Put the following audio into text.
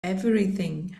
everything